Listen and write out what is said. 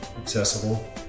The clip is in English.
accessible